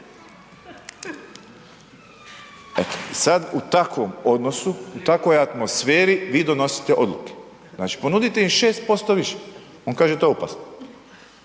Eto sad u takvom odnosu, u takvoj atmosferi, vi donosite odluke. Znači, ponudite im 6% više, on kaže to je opasno.